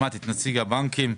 שמעתי את נציג הבנקים,